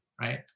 right